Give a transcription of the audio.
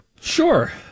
Sure